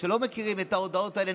שלא מכירים את ההודעות האלה,